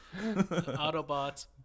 Autobots